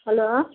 hello